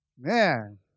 Man